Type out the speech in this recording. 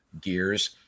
gears